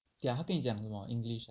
对 ah 他跟你讲什么 english ah